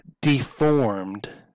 deformed